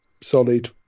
solid